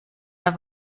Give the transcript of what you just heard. der